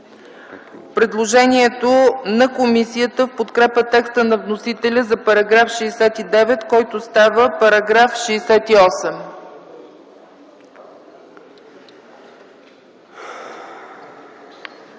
предложението на комисията в подкрепа текста на вносителя за § 69, който става § 68.